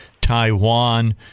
Taiwan